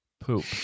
poop